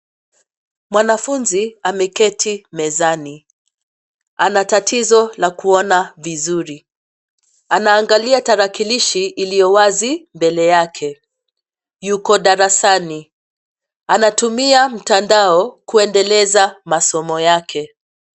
Mwanafunzi ameketi mezani, ana tatizo la kuona vizuri, anaangalia tarakilishi iliyo wazi mbele yake, yuko darasani. Anatumia mtandao kuendeleza masomo yake.